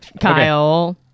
Kyle